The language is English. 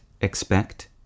expect